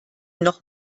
noch